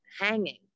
hanging